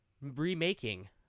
remaking